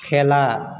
খেলা